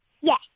Yes